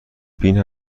بین